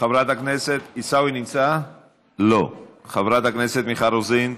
לא נמצא, חברת הכנסת מיכל רוזין,